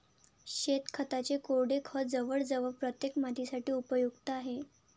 शेणखताचे कोरडे खत जवळजवळ प्रत्येक मातीसाठी उपयुक्त आहे